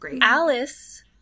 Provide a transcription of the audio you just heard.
Alice